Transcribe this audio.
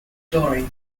story